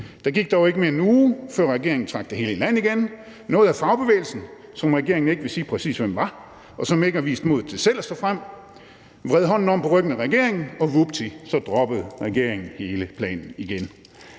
Der gik dog ikke mere end en uge, før regeringen trak i land med det hele igen. Noget af fagbevægelsen, som regeringen ikke ville sige præcis hvem var, og som ikke har vist modet til selv at stå frem, vred armen om på ryggen af regeringen, og vupti, så droppede regeringen hele planen igen.